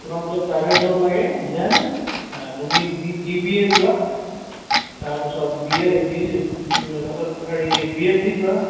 তোমাক বোলে private job লাগে ডেন তুমি বি বিবিএ যোৱা তাৰপিছত বিএ বিচি তাৰপিছত হেৰি বিএচছি যোৱা